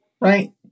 right